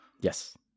Yes